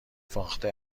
فاخته